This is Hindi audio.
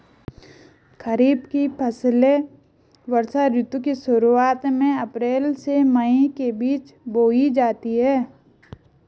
खरीफ की फसलें वर्षा ऋतु की शुरुआत में, अप्रैल से मई के बीच बोई जाती हैं